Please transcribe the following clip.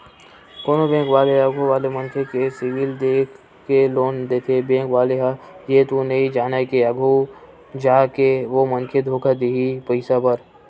कोनो बेंक वाले आघू वाले मनखे के सिविल देख के लोन देथे बेंक वाले ह ये तो नइ जानय के आघु जाके ओ मनखे धोखा दिही पइसा बर